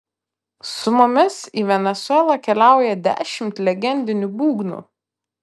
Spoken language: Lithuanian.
su mumis į venesuelą keliauja dešimt legendinių būgnų